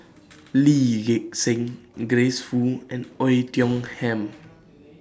Lee Gek Seng Grace Fu and Oei Tiong Ham